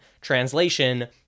translation